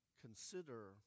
consider